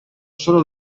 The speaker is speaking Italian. solo